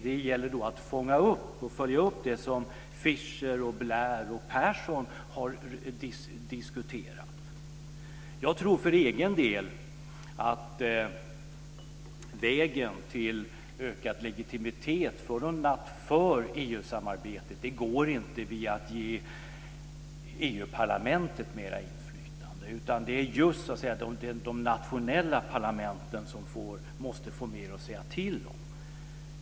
Det gäller då att fånga upp och följa upp det som Fischer, Blair och Persson har diskuterat. Jag tror för egen del att vägen till ökad legitimitet för EU-samarbetet inte går via att ge Europaparlamentet mer inflytande. Det är i stället de nationella parlamenten som måste få mer att säga till om.